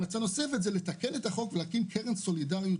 המלצה נוספת הייתה לתקן את החוק ולהקים קרן סולידריות